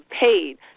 paid